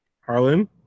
Harlan